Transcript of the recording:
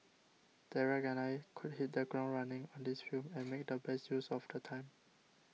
Derek and I could hit the ground running on this film and make the best use of the time